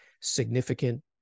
significant